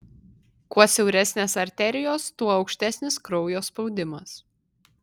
kuo siauresnės arterijos tuo aukštesnis kraujo spaudimas